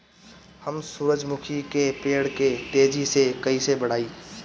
हम सुरुजमुखी के पेड़ के तेजी से कईसे बढ़ाई?